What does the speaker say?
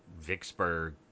Vicksburg